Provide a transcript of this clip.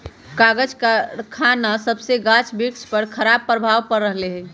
कागज करखना सभसे गाछ वृक्ष पर खराप प्रभाव पड़ रहल हइ